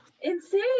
insane